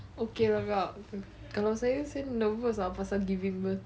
okay lah kak kalau saya saya nervous ah pasal giving birth